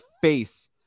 face